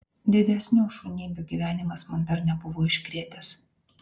didesnių šunybių gyvenimas man dar nebuvo iškrėtęs